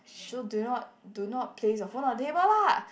so do not do not place your phone on the table lah